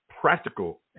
practical